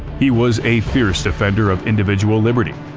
he was a fierce defender of individual liberty,